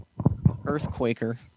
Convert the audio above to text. Earthquaker